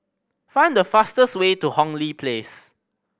find the fastest way to Hong Lee Place